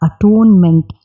atonement